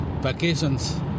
Vacations